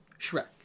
Shrek